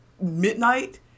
midnight